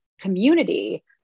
community